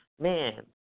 man